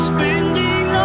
Spending